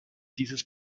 dieses